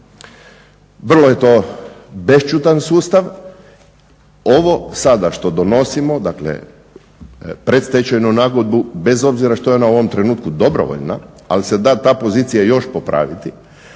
Vrlo je to bešćutan sustav. Ovo sada što donosimo, dakle predstečajnu nagodbu, bez obzira što je ona u ovom trenutku dobrovoljna, ali se da ta pozicija još popraviti,